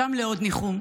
משם לעוד ניחום,